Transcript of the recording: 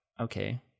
okay